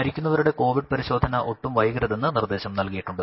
മരിക്കുന്നവരുടെ Covid പരിശോധന ഒട്ടും വൈകരുതെന്ന് നിർദ്ദേശം നൽകിയിട്ടുണ്ട്